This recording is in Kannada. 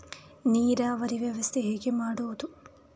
ನೀರಾವರಿ ವ್ಯವಸ್ಥೆ ಹೇಗೆ ಮಾಡುವುದು?